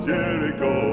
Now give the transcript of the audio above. Jericho